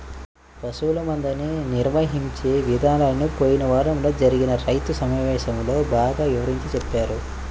పశువుల మందని నిర్వహించే ఇదానాలను పోయిన వారంలో జరిగిన రైతు సమావేశంలో బాగా వివరించి చెప్పారు